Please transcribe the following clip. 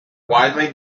widely